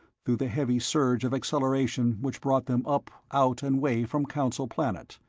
through the heavy surge of acceleration which brought them up, out and way from council planet.